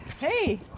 hey!